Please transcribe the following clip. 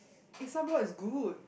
eh sunblock is good